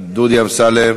דודי אמסלם.